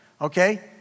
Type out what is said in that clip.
Okay